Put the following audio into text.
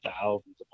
thousands